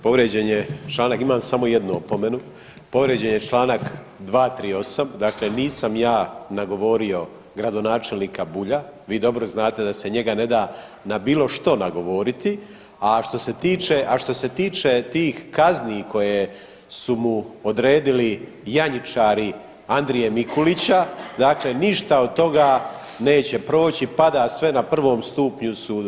Povrijeđen je članak, imam samo jednu opomenu, povrijeđen je Članak 238., dakle nisam ja nagovorio gradonačelnika Bulja, vi dobro znate da se njega ne da na bilo što nagovoriti, a što se tiče, a što se tiče tih kazni koje su mu odredili janjičari Andrije Mikulića dakle ništa od toga neće proći, pada sve na prvom stupnju u sudu.